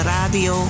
Radio